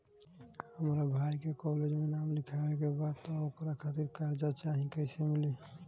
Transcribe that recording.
हमरा भाई के कॉलेज मे नाम लिखावे के बा त ओकरा खातिर कर्जा चाही कैसे मिली?